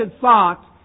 thought